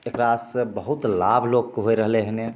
एकरासे बहुत लाभ लोकके हो रहलै हँ